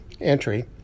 entry